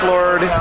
Lord